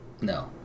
no